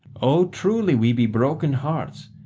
oh, truly we be broken hearts,